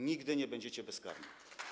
Nigdy nie będziecie bezkarni.